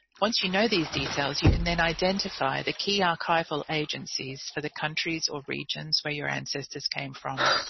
once you know these details you can then identify the key archival agencies for the countries or regions where your ancestors came from,